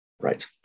Right